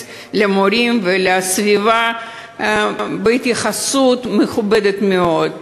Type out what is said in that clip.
למורים ולסביבה בהתייחסות מכובדת מאוד.